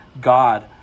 God